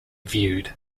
viewed